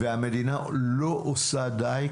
והמדינה לא עושה די,